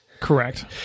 Correct